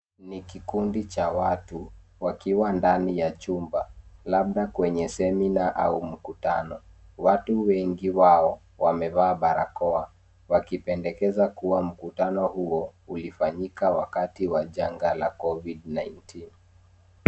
Ni kikundi cha watu wakiwa ndani ya chumba labda kwenye semina au mkutano watu wengi wao wamevaa barakoa wakipendekeza kuwa mkutano huo ulifanyika wakati wa janga la Covid-19